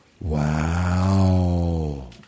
wow